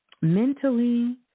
Mentally